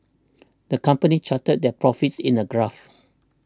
the company charted their profits in a graph